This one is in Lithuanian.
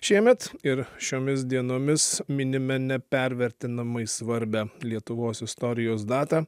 šiemet ir šiomis dienomis minime nepervertinamai svarbią lietuvos istorijos datą